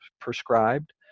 prescribed